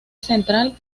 central